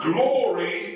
Glory